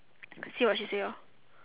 see what she say lor